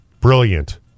brilliant